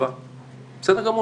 7. בסדר גמור,